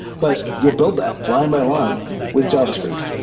but you build that line by line with javascript.